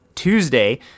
Tuesday